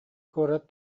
куорат